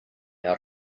out